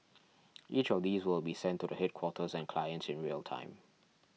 each of these will be sent to the headquarters and clients in real time